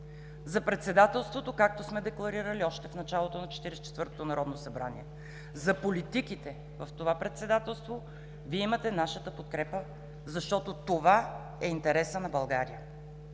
за председателството, както сме декларирали още в началото на Четиридесет и четвъртото народно събрание. За политиките в това председателство Вие имате нашата подкрепа, защото това е интересът на България.